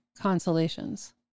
Consolations